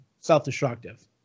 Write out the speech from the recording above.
self-destructive